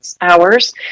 hours